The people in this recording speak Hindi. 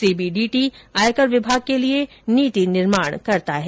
सीबीडीटी आयकर विभाग के लिए नीति निर्माण करता है